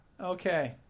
Okay